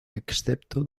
excepto